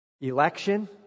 Election